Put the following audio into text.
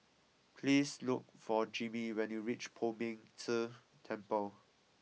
please look for Jimmy when you reach Poh Ming Tse Temple